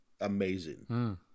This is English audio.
amazing